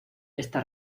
esta